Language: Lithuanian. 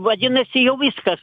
vadinasi jau viskas